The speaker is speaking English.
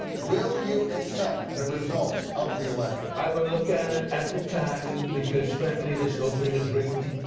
will you accept the results of the election? i will look at it at the time. because frankly this whole thing is rigged.